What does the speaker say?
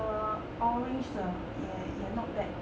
err orange 的也也 not bad